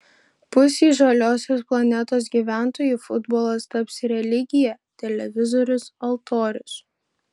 pusei žaliosios planetos gyventojų futbolas taps religija televizorius altorius